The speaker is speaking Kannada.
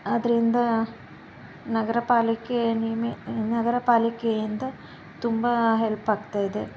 ಆದ್ದರಿಂದ ನಗರಪಾಲಿಕೆ ನಗರಪಾಲಿಕೆಯಿಂದ ತುಂಬ ಹೆಲ್ಪಾಗ್ತಾಯಿದೆ